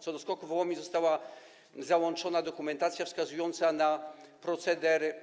Co do SKOK-u Wołomin, to została załączona dokumentacja wskazująca na proceder